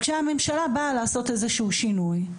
כשהממשלה באה לעשות איזשהו שינוי,